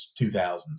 2000s